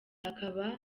akaba